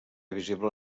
visible